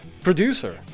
producer